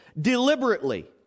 deliberately